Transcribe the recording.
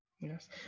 yes